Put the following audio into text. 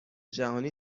جهانی